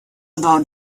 about